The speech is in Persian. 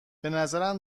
بنظرم